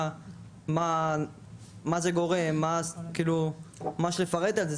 מה זה גורם וממש לפרט על זה.